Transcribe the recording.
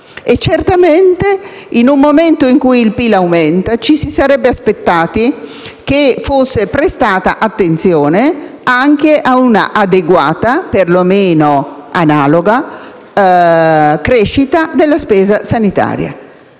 e certamente, in un momento in cui il PIL aumenta, ci si sarebbe aspettati che fosse prestata attenzione anche ad un'adeguata, perlomeno analoga, crescita della spesa sanitaria.